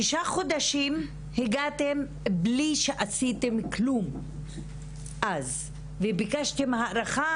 6 חודשים הגעתם בלי שעשיתם כלום אז וביקשתם הארכה.